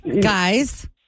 guys